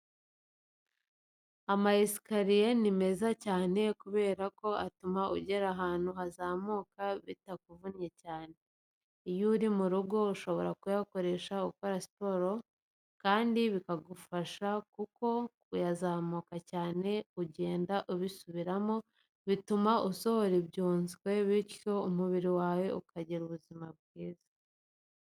Ama esikariye ni meza cyane kubera ko atuma ugera ahantu hazamuka bitakuvunnye cyane. Iyo uri mu rugo ushobora kuyakoresha ukora siporo kandi biragufasha kuko kuyazamuka cyane ugenda ubisubiramo bituma usohora ibyunzwe bityo umubiri wawe ukagira ubuzima bwiza.